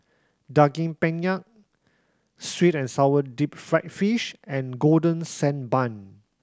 Daging Penyet sweet and sour deep fried fish and Golden Sand Bun